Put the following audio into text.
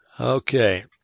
Okay